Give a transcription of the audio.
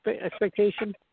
expectation